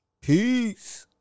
Peace